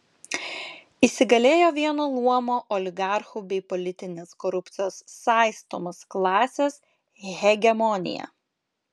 įsigalėjo vieno luomo oligarchų bei politinės korupcijos saistomos klasės hegemonija